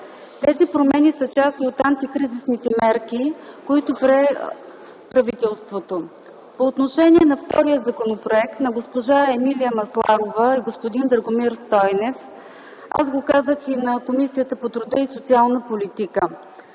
Тези промени са част и от антикризисните мерки, които прие правителството. По отношение на втория законопроект на госпожа Емилия Масларова и господин Драгомир Стойнев, аз го казах и на Комисията по труда и социалната политика,